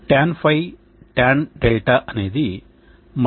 Tan ϕ Tan 𝛿 అనేది Cos ωsr